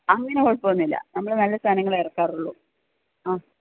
അങ്ങനെ കുഴപ്പമൊന്നുമില്ല നമ്മൾ നല്ല സാധനങ്ങളിറക്കാറുള്ളൂ അ